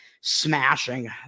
smashing